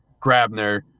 Grabner